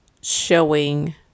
showing